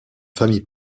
famille